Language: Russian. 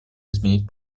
изменить